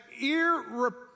irreparable